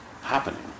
happening